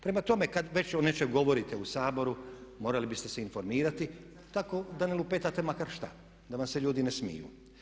Prema tome, kad već o nečemu govorite u Saboru morali biste se informirati tako da ne lupetate makar što da vam se ljudi ne smiju.